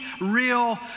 real